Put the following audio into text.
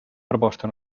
proposta